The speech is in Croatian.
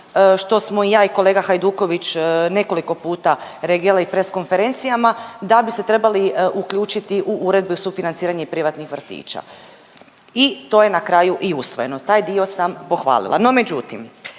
što smo i ja i kolega Hajduković nekoliko puta reagirali press konferencijama, da bi se trebali uključiti u uredbu i sufinanciranje privatnih vrtića i to je na kraju i usvojeno. Taj dio sam pohvalila.